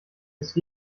ist